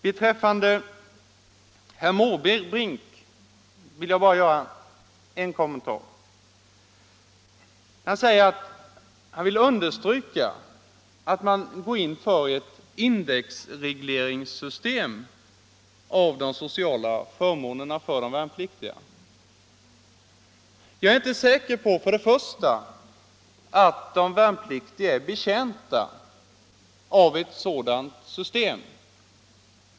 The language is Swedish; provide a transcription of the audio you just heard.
Beträffande herr Måbrinks anförande vill jag bara göra en kommentar. Han ville understryka att man bör gå in för ett indexregleringssystem av de sociala förmånerna för de värnpliktiga. Jag är för det första inte säker på att de värnpliktiga är betjänta av ett sådant system.